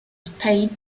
spade